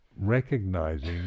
recognizing